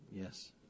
Yes